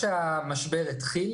מיד כשהמשבר התחיל